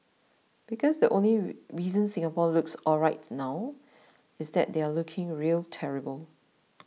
because the only ray reason Singapore looks alright now is that they are looking real terrible